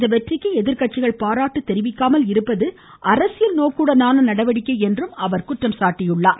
இவ்வெற்றிக்கு எதிர்கட்சிகள் பாராட்டு தெரிவிக்காமல் இருப்பது அரசியல் நோக்குடனான நடவடிக்கை என்று அவர் குற்றம் சாட்டியுள்ளார்